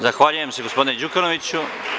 Zahvaljujem se, gospodine Đukanoviću.